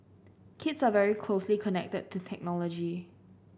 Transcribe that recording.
kids are very closely connected to technology